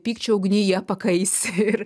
pykčio ugnyje pakaisi ir